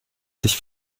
sich